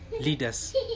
leaders